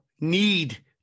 need